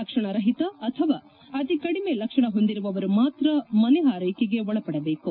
ಲಕ್ಷಣ ರಹಿತ ಅಥವಾ ಅತಿ ಕಡಿಮೆ ಲಕ್ಷಣ ಹೊಂದಿರುವವರು ಮಾತ್ರ ಮನೆ ಆರ್ನೆಕೆಗೆ ಒಳಪಡಬೇಕು